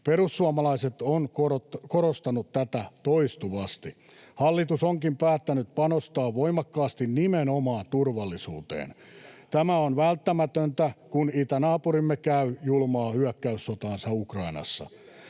Perussuomalaiset on korostanut tätä toistuvasti. Hallitus onkin päättänyt panostaa voimakkaasti nimenomaan turvallisuuteen. Tämä on välttämätöntä, kun itänaapurimme käy julmaa hyökkäyssotaansa Ukrainassa.